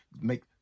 Make